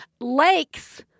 Lakes